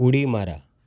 उडी मारा